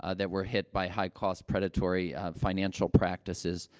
ah that were hit by high-cost, predatory, ah, financial practices.